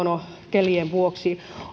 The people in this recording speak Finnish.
kelien vuoksi